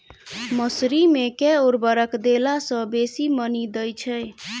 मसूरी मे केँ उर्वरक देला सऽ बेसी मॉनी दइ छै?